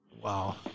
Wow